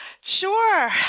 Sure